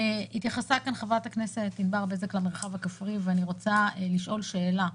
התייחסה כאן חברת הכנסת ענבר בזק למרחב הכפרי ואני רוצה לשאול שאלה.